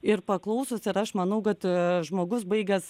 ir paklausūs ir aš manau kad žmogus baigęs